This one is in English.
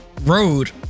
road